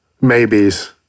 maybes